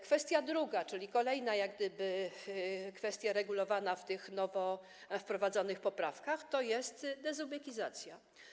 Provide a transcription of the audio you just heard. Kwestia druga, czyli kolejna kwestia regulowana w tych nowo wprowadzonych poprawkach, to jest dezubekizacja.